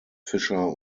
fischer